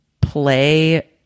play